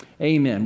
Amen